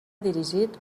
dirigit